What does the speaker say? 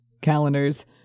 calendars